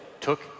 took